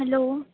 hello